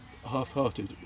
half-hearted